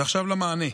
עכשיו למענה.